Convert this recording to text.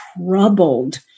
troubled